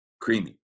Creamy